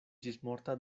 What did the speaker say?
ĝismorta